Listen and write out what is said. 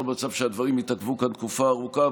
מצב שהדברים יתעכבו כאן תקופה ארוכה,